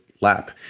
lap